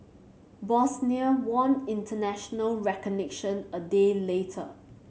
Bosnia won international recognition a day later